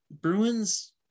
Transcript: Bruins